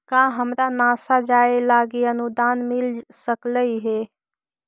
का हमरा नासा जाये लागी अनुदान मिल सकलई हे?